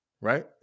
right